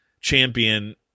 champion